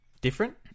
different